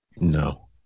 no